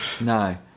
No